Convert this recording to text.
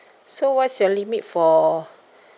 so what's your limit for